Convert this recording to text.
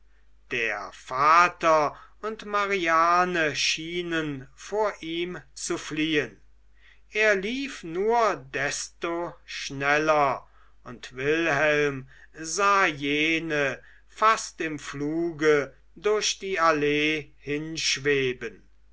der vater und mariane schienen vor ihm zu fliehen er lief nur desto schneller und wilhelm sah jene fast im fluge durch die allee hinschweben